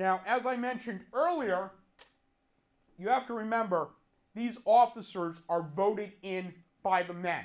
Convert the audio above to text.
now as i mentioned earlier you have to remember these officers are voted in by the men